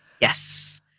Yes